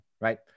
right